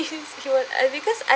it's because I